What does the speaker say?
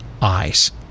eyes